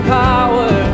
power